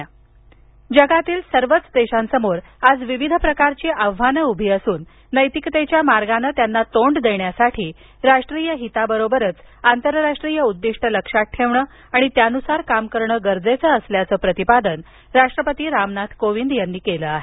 राष्ट्पती जगातील सर्वच देशांसमोर आज विविध प्रकारची आव्हानं उभी असून नैतिकतेच्या मार्गानं त्यांना तोंड देण्यासाठी राष्ट्रीय हिताबरोबरच आंतरराष्ट्रीय उद्दिष्ट लक्षात ठेवणं आणि त्यानुसार काम करणं गरजेचं असल्याचं प्रतिपादन राष्ट्रपती रामनाथ कोविंद यांनी केलं आहे